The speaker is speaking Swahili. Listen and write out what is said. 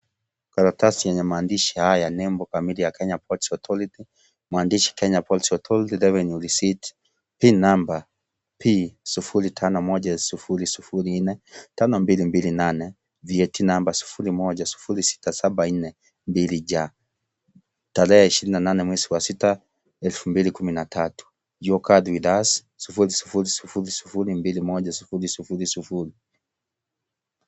Karatasi yenye maandishi haya: nembo kamili ya Kenya Ports Authority. Mwandishi : Kenya Ports Authority revenue Receipt, pin number P05100045228, vyeti namba 0106742J. Tarehe ishirini na nane mwezi wa sita 2013.